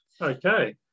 Okay